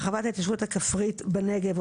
הרחבת ההתיישבות הכפרית בנגב,